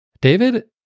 David